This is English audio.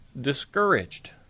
discouraged